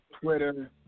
Twitter